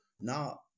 Now